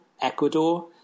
Ecuador